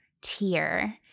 tier